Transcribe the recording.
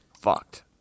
fucked